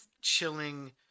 chilling